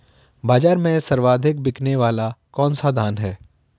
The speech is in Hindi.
बाज़ार में सर्वाधिक बिकने वाला कौनसा धान है?